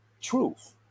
truth